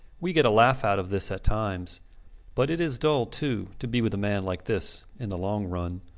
we get a laugh out of this at times but it is dull, too, to be with a man like this in the long-run.